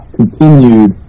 continued